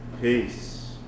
Peace